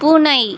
பூனை